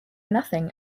nothing